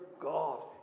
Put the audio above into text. God